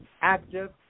active